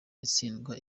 itsindwa